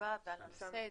חשובה ועל נושא הדיון.